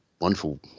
wonderful